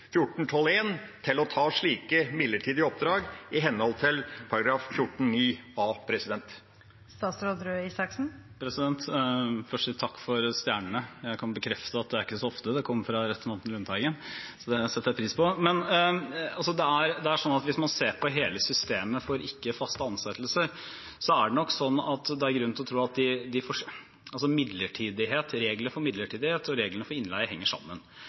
til å ta slike midlertidige oppdrag i henhold til § 14-9 annet ledd bokstav a? Først vil jeg si takk for stjernene. Jeg kan bekrefte at det er ikke så ofte det kommer fra representanten Lundteigen, så det setter jeg pris på. Hvis man ser på hele systemet for ikke-faste ansettelser, så er det sånn at reglene for midlertidighet og reglene for innleie henger sammen. Det vil si at hvis man har veldig liberale regler på det ene området og